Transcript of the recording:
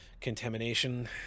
contamination